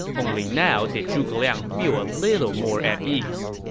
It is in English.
only now did zhuge liang feel a little more at ease.